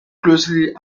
closely